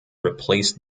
replaced